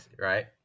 right